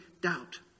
doubt